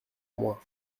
moi